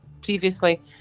previously